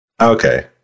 Okay